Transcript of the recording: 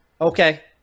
Okay